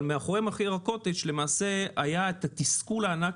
אבל מאחורי מחיר הקוטג' למעשה היה את התסכול הענק